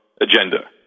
agenda